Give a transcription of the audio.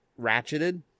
ratcheted